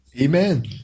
Amen